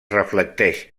reflecteix